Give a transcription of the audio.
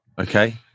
Okay